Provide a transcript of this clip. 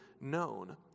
known